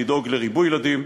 לדאוג לריבוי ילדים,